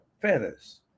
feathers